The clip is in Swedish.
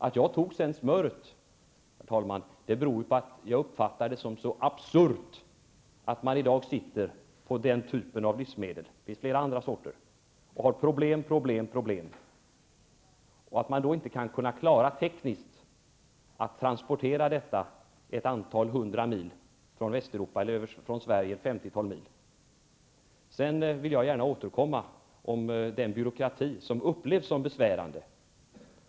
Att jag tog smöret som exempel beror på att jag uppfattar det som så absurt att man i dag sitter på den typen av livsmedel -- det finns flera andra sorter, och de ger problem, problem, problem -- och inte tekniskt kan klara att transportera detta ett antal hundra mil från Västeuropa, eller från Sverige, ett femtiotal mil. Jag vill gärna återkomma om den byråkrati som upplevs som besvärande.